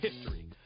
history